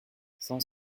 cent